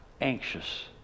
anxious